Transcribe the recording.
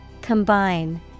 Combine